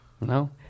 no